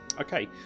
Okay